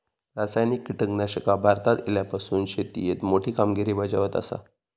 रासायनिक कीटकनाशका भारतात इल्यापासून शेतीएत मोठी कामगिरी बजावत आसा